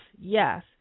yes